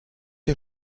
ihr